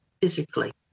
physically